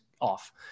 off